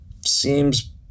seems